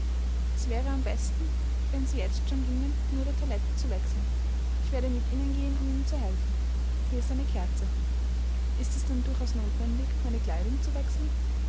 es wäre am besten wenn sie jetzt schon gingen um ihre toilette zu wechseln ich werde mit ihnen gehen um ihnen zu helfen hier ist eine kerze ist es denn durchaus notwendig meine kleidung zu wechseln